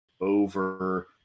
over